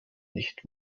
nicht